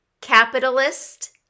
Capitalist